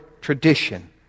tradition